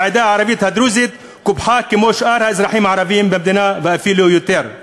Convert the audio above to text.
העדה הערבית הדרוזית קופחה כמו שאר האזרחים הערבים במדינה ואפילו יותר.